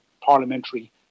parliamentary